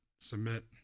submit